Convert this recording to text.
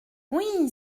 oui